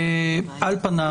על פניו,